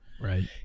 Right